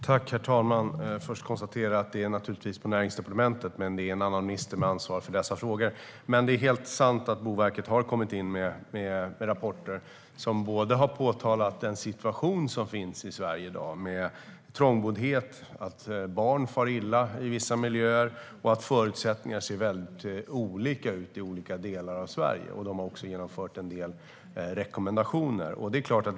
Herr talman! Låt mig konstatera att frågan hör hemma på Näringsdepartement men att det är en annan minister som ansvarar för den. Det är helt sant att Boverket har kommit in med rapporter och påtalat den situation som finns i Sverige i dag med trångboddhet, att barn far illa i vissa miljöer och att förutsättningarna ser väldigt olika ut i skilda delar av landet. De har också gett en del rekommendationer.